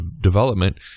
development